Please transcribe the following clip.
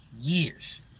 years